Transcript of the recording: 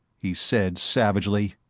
he said savagely,